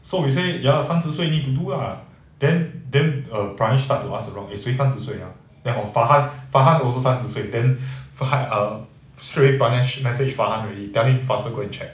so we say ya lah 三十岁 need to do ah then then err pranesh start to ask around eh 谁三十岁 ha then orh farhan farhan also 三十岁 then farhan um 所以 pranesh message farhan already tell him faster go and check